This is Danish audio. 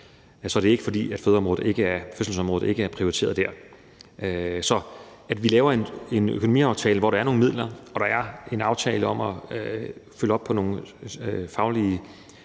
Så det er ikke, fordi fødselsområdet ikke er prioriteret der. Det, at vi laver en økonomiaftale, hvor der er afsat nogle midler, og hvor der er en aftale om at følge op på nogle faglige